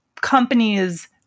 companies